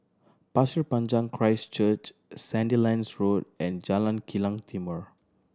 Pasir Panjang Christ Church Sandilands Road and Jalan Kilang Timor